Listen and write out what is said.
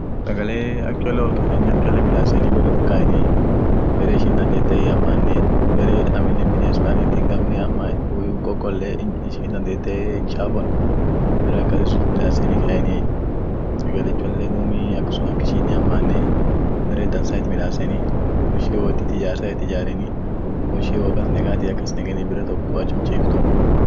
aniinii wo garki daani sagale anin oonjaati fed sagale wahindia akan fedai sagale lila pili pili kabd pili pili ishian sun nyaano fedai sila, iyoo sagale biri ishin akan daabet sun ta mukeeni ta kola sun akan nyaano fedai wodargete sila